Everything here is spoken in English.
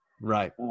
Right